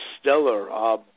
stellar